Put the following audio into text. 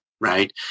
right